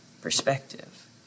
perspective